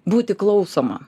būti klausoma